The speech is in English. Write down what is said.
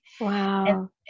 wow